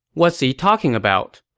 what's he talking about?